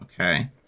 Okay